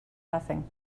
nothing